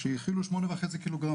שהכילו 8.5 ק"ג,